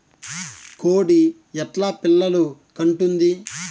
కోడి ఎట్లా పిల్లలు కంటుంది?